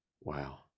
Wow